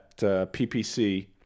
PPC